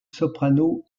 soprano